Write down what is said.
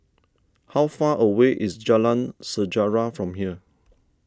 how far away is Jalan Sejarah from here